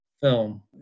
film